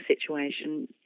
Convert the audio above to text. situation